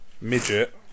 Midget